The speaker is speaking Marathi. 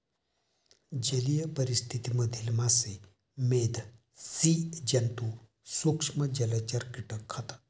जलीय परिस्थिति मधील मासे, मेध, स्सि जन्तु, सूक्ष्म जलचर, कीटक खातात